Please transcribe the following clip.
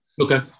Okay